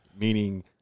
Meaning